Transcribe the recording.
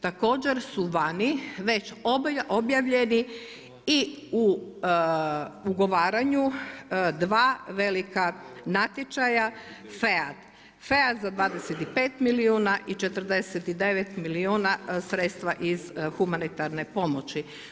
Također su vani već objavljeni i u ugovaranju dva velika natječaja FEAD, FEAD za 25 milijuna i 49 milijuna sredstva iz humanitarne pomoći.